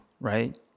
right